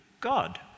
God